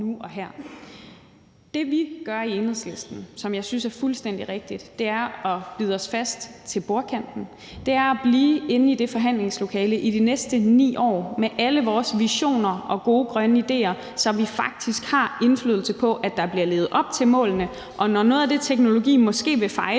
nu og her. Det, vi gør i Enhedslisten, som jeg synes er fuldstændig rigtigt, er at bide os fast i bordkanten. Det er at blive inde i det forhandlingslokale i de næste 9 år med alle vores visioner og gode grønne idéer, så vi faktisk har indflydelse på, at der bliver levet op til målene, og når noget af den teknologi, som regeringen